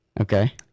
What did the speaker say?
Okay